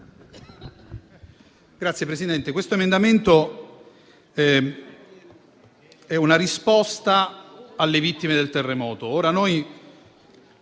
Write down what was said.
Signor Presidente, questo emendamento è una risposta alle vittime del terremoto.